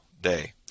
day